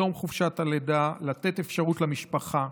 בתום חופשת הלידה לתת אפשרות למשפחה,